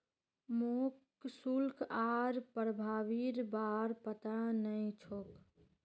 मोक शुल्क आर प्रभावीर बार पता नइ छोक